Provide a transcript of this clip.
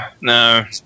no